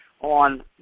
on